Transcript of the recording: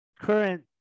current